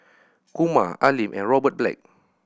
Kumar Al Lim and Robert Black